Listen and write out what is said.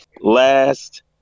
last